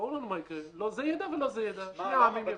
ברור לנו מה יקרה לא זה ידע ולא זה ידע שני העמים יפסידו.